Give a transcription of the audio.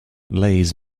lays